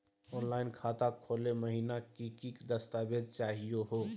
Online खाता खोलै महिना की की दस्तावेज चाहीयो हो?